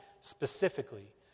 specifically